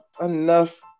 enough